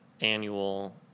annual